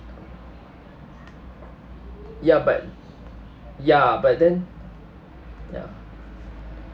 ya but ya but then ya